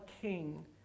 king